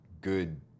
good